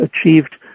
achieved